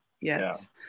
Yes